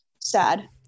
Sad